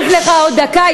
מובן שאוסיף לך עוד דקה,